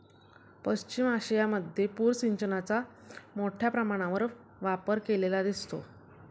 पश्चिम आशियामध्ये पूर सिंचनाचा मोठ्या प्रमाणावर वापर केलेला दिसतो